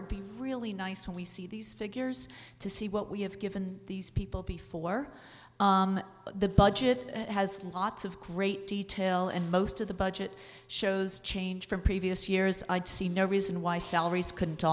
really nice how we see these figures to see what we have given these people before the budget has lots of great detail and most of the budget shows change from previous years i see no reason why salaries couldn't